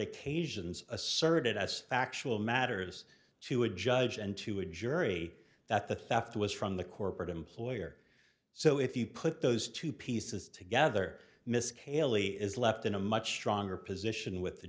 occasions asserted as factual matters to a judge and to a jury that the theft was from the corporate employer so if you put those two pieces together miss caylee is left in a much stronger position with the